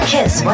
Kiss